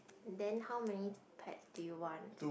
then how many pets do you want